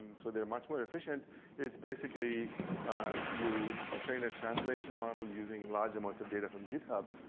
and so they're much more efficient as basically you train a translation model using large amounts of data from github.